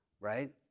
right